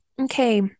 okay